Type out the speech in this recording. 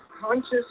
conscious